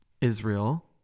Israel